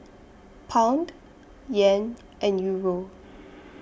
Pound Yen and Euro